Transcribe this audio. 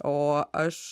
o aš